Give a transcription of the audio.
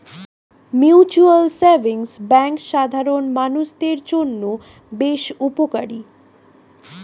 mutual savings bank সাধারণ মানুষদের জন্য বেশ উপকারী